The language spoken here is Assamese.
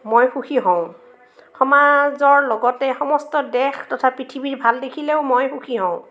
মই সুখী হওঁ সমাজৰ লগতে সমস্ত দেশ তথা পৃথিৱীৰ ভাল দেখিলেও মই সুখী হওঁ